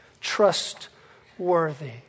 trustworthy